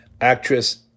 Actress